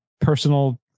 personal